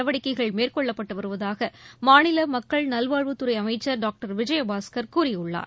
நடவடிக்கைகள் மேற்கொள்ளப்பட்டு வருவதாக மாநில மக்கள் நல்வாழ்வுத் துறை அமைச்சர் டாக்டர் விஜயபாஸ்கர் கூறியுள்ளார்